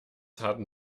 harten